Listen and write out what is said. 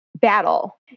battle